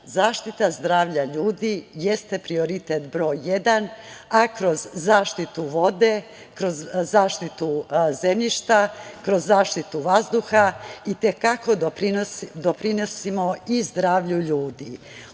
Zaštita zdravlja ljudi jeste prioritet broj jedan, a kroz zaštitu vode, kroz zaštitu zemljišta, kroz zaštitu vazduha i te kako doprinosimo i zdravlju ljudi. Oba